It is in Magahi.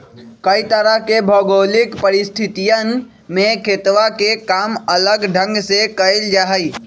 कई तरह के भौगोलिक परिस्थितियन में खेतवा के काम अलग ढंग से कइल जाहई